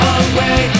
away